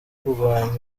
kurwanya